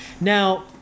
now